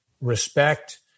respect